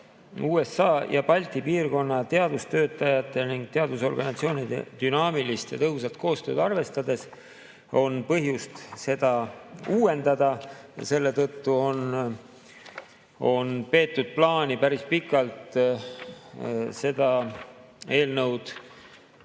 USA ja Balti piirkonna teadustöötajate ning teadusorganisatsioonide dünaamilist ja tõhusat koostööd arvestades on põhjust seda uuendada. Selle tõttu on päris pikalt peetud plaani see eelnõu